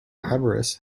avarice